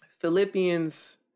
Philippians